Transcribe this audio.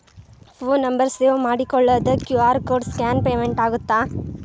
Phone number save ಮಾಡಿಕೊಳ್ಳದ QR code scan payment ಆಗತ್ತಾ?